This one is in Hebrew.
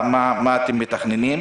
מה התכנון שלכם?